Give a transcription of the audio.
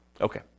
Okay